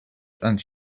and